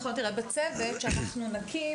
בצוות שאנחנו נקים,